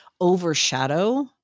overshadow